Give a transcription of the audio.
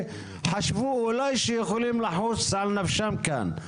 שחשבו אולי יכולים לנוס על נפשם ולהגיע לכאן.